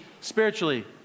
spiritually